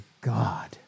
God